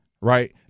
Right